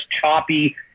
choppy